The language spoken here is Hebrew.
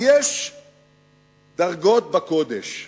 אז יש "דרגות בקודש".